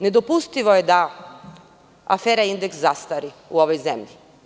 Nedopustivo je da afera „Indeks“ zastari u ovoj zemlji.